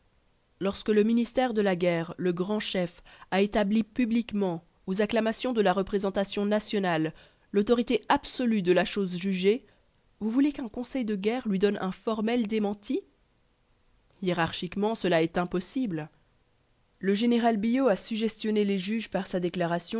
lorsque le ministre de la guerre le grand chef a établi publiquement aux acclamations de la représentation nationale l'autorité de la chose jugée vous voulez qu'un conseil de guerre lui donne un formel démenti hiérarchiquement cela est impossible le général billot a suggestionné les juges par sa déclaration